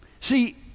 See